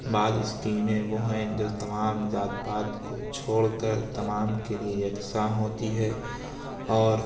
بعض اسکیمیں وہ ہیں جو تمام ذات پات کو چھوڑ کر تمام کے لیے یکساں ہوتی ہے اور